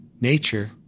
Nature